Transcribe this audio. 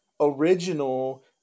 original